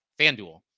FanDuel